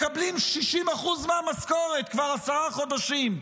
מקבלים 60% מהמשכורת כבר עשרה חודשים.